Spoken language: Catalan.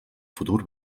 futur